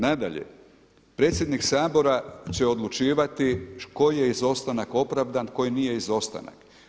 Nadalje, predsjednik Sabora će odlučivati koji je izostanak opravdan, koji nije izostanak.